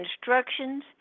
instructions